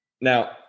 now